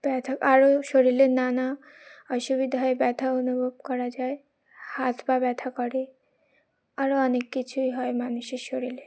ব্যথা আরও শরীরে নানা অসুবিধায় ব্যথা অনুভব করা যায় হাত পা ব্যথা করে আরও অনেক কিছুই হয় মানুষের শরীরে